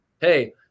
hey